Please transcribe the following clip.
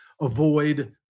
avoid